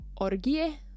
Orgie